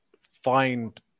find